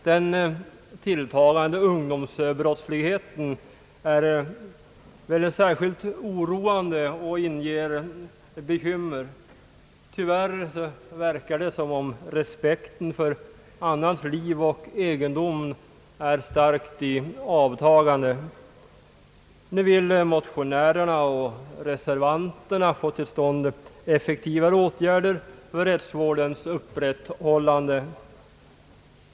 Den tilltagande ungdomsbrottsligheten är särskilt oroande och inger bekymmer; tyvärr verkar det som om respekten för annans liv och egendom är starkt i avtagande. Nu vill motionärerna och reservanterna få till stånd effektivare åtgärder för rättsvårdens upprätthållande.